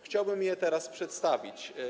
Chciałbym je teraz przedstawić.